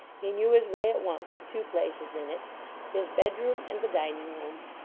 he knew his way at once to two places in it his bed-room and the dining-room.